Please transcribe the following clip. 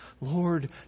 Lord